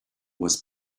was